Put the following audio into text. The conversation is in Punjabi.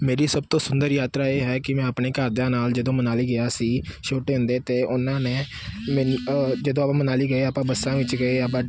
ਮੇਰੀ ਸਭ ਤੋਂ ਸੁੰਦਰ ਯਾਤਰਾ ਇਹ ਹੈ ਕਿ ਮੈਂ ਆਪਣੇ ਘਰਦਿਆਂ ਨਾਲ ਜਦੋਂ ਮਨਾਲੀ ਗਿਆ ਸੀ ਛੋਟੇ ਹੁੰਦੇ ਤਾਂ ਉਹਨਾਂ ਨੇ ਮੈਨੂੰ ਜਦੋਂ ਆਪਾਂ ਮਨਾਲੀ ਗਏ ਆਪਾਂ ਬੱਸਾਂ ਵਿੱਚ ਗਏ ਆਪਾਂ